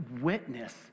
witness